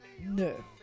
no